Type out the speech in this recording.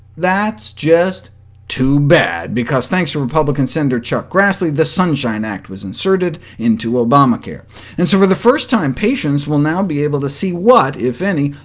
that's just too bad, because thanks to republican senator chuck grassley, the sunshine act was inserted into obamacare and so for the first time, patients will now be able to see what, if any,